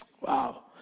Wow